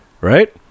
Right